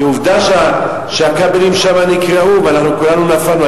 כי עובדה שהכבלים שם נקרעו ואנחנו כולנו נפלנו.